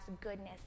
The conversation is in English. goodness